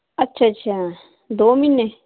ਅੱਛਾ ਅੱਛਾ ਦੋ ਮਹੀਨੇ